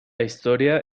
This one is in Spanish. historia